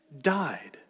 Died